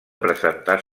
presentar